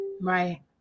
Right